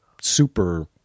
super